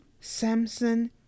Samson